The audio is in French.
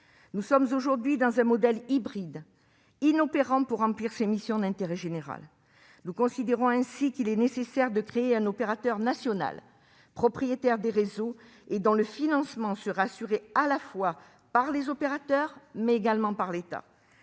Nous sommes aujourd'hui dans un modèle hybride, inopérant pour remplir ses missions d'intérêt général. Nous considérons ainsi qu'il est nécessaire de créer un opérateur national, propriétaire des réseaux, et dont le financement serait assuré à la fois par les opérateurs et par l'État.